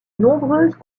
nombreuses